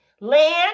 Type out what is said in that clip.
land